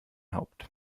haupt